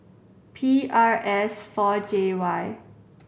P R S four J Y